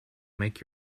make